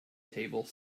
table